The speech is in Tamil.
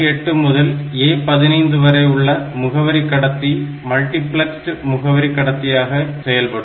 A8 முதல் A15 வரை உள்ள முகவரி கடத்தி மல்டிபிளக்ஸ்டு முகவரி கடத்தியாக செயல்படும்